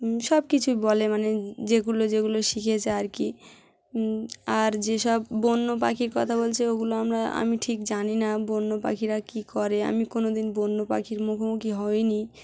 সব কিছুই বলে মানে যেগুলো যেগুলো শিখেছে আর কি আর যেসব বন্য পাখির কথা বলছে ওগুলো আমরা আমি ঠিক জানি না বন্য পাখিরা কী করে আমি কোনো দিন বন্য পাখির মুখোমুখি হইনি